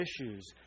issues